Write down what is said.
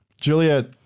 Juliet